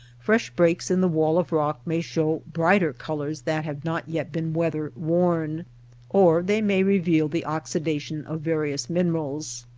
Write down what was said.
fresh breaks in the wall of rock may show brighter colors that have not yet been weather-worn, or they may reveal the oxidation of various minerals.